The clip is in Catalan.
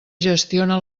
gestiona